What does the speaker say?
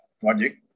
project